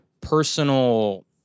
personal